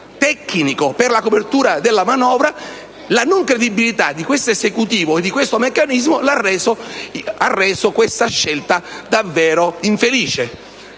tecnico per la copertura della manovra, la non credibilità di questo Esecutivo e di questo meccanismo ha reso quella scelta davvero infelice,